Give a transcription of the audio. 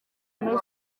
muri